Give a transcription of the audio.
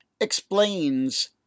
explains